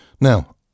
Now